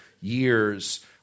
years